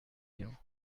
bien